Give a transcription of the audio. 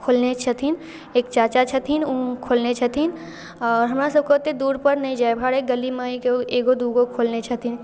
खोलने छथिन एक चाचा छथिन ओ खोलने छथिन आओर हमरासबके ओतेक दूरपर नहि जाए हरेक गलीमे एगो दुगो खोलने छथिन